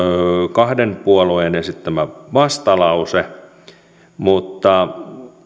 kahden puolueen esittämä vastalause mutta